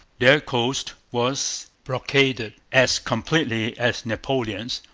their coast was blockaded as completely as napoleon's,